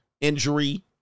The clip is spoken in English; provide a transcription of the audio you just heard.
injury